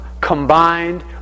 combined